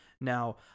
Now